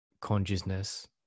consciousness